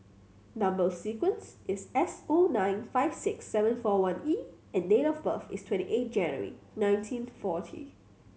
number sequence is S O nine five six seven four one E and date of birth is twenty eight January nineteen forty